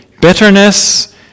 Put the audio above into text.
bitterness